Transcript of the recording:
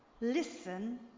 listen